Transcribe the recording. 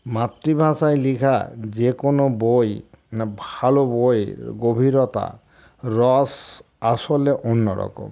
মাতৃভাষায় লেখা যে কোনো বই না ভালো বইয়ের গভীরতা রস আসলে অন্য রকম